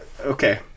Okay